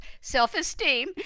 self-esteem